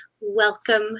welcome